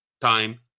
time